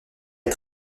est